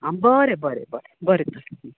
आं बरें बरें बरें बरें बरें